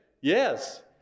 Yes